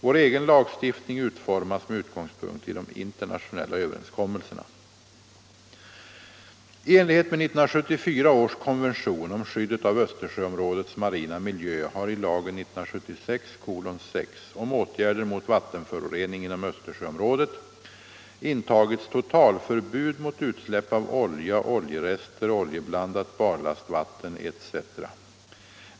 Vår egen lagstiftning utformas med utgångspunkt i de internationella överenskommelserna. I enlighet med 1974 års konvention om skyddet av Östersjöområdets marina miljö har i lagen om åtgärder mot vattenförorening inom Östersjöområdet intagits totalförbud mot utsläpp av olja, oljerester, oljeblandat barlastvatten etc.